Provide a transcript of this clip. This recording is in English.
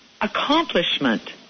accomplishment